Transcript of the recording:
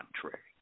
contrary